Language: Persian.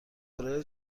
کره